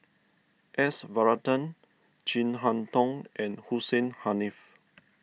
S Varathan Chin Harn Tong and Hussein Haniff